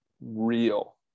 Real